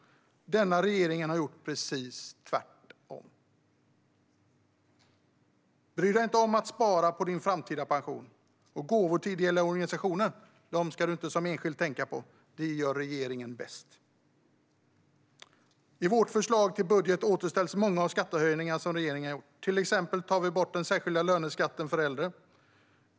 Denna regering har gjort precis tvärtom: Bry dig inte om att spara till din framtida pension! Gåvor till ideella organisationer ska du som enskild inte tänka på - det gör regeringen bäst! I vårt förslag till budget återställs många av de skatter som regeringen höjt. Till exempel tar vi bort den särskilda löneskatten för äldre.